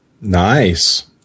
Nice